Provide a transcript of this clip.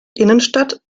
innenstadt